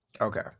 Okay